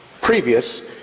previous